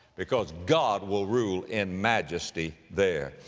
because god will rule in majesty there.